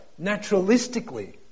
naturalistically